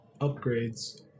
upgrades